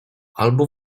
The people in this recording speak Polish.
albo